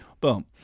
boom